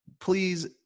Please